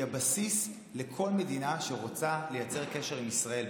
היא הבסיס לכל מדינה שרוצה לייצר קשר עם ישראל,